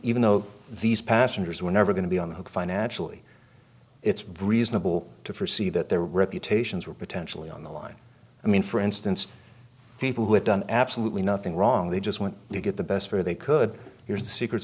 even though these passengers were never going to be on the hook financially it's reasonable to forsee that their reputations were potentially on the line i mean for instance people who have done absolutely nothing wrong they just want to get the best for they could here's the secret